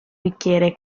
bicchiere